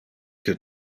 que